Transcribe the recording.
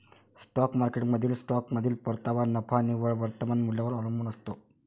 stock मार्केटमधील स्टॉकमधील परतावा नफा निव्वळ वर्तमान मूल्यावर अवलंबून असतो